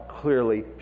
clearly